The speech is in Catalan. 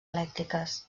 elèctriques